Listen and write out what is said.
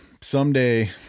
Someday